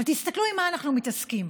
אבל תסתכלו עם מה אנחנו מתעסקים,